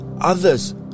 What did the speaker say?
others